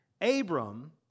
Abram